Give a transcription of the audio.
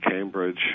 Cambridge